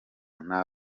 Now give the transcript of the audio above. nta